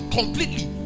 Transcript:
completely